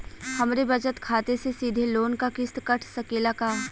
हमरे बचत खाते से सीधे लोन क किस्त कट सकेला का?